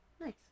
Nice